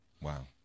Wow